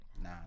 Nah